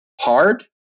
hard